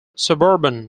suburban